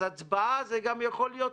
אז ההצבעה זה גם יכול להיות